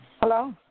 Hello